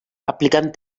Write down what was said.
aplicant